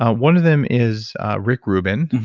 ah one of them is rick rubin,